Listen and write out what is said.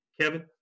Kevin